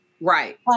Right